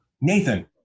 Nathan